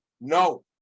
no